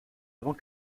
avant